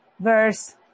verse